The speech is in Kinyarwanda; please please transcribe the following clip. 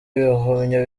ibihumyo